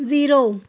zero